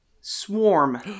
swarm